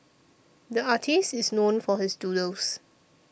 the artist is known for his doodles